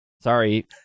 Sorry